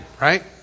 right